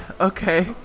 Okay